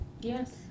yes